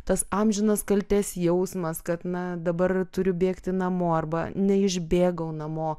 tas amžinas kaltės jausmas kad na dabar turiu bėgti namo arba neišbėgau namo